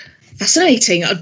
Fascinating